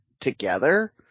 together